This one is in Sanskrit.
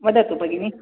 वदतु भगिनि